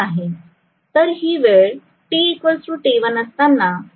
तर ही वेळ t t1 असताना एम एम फ वेव्ह आहे